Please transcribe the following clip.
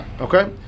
Okay